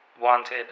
wanted